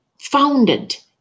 founded